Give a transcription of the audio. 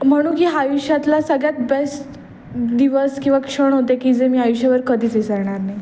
म्हणू की हा आयुष्यातला सगळ्यात बेस्ट दिवस किंवा क्षण होते की जे मी आयुष्यभर कधीच विसरणार नाही